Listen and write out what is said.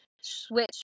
switch